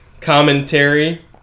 commentary